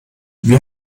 wir